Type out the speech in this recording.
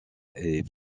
est